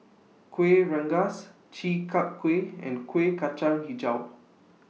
Kuih Rengas Chi Kak Kuih and Kuih Kacang Hijau